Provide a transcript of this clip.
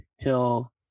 till